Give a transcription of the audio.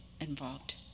involved